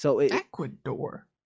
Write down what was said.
Ecuador